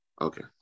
okay